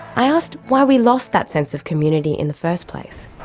i asked why we lost that sense of community in the first place.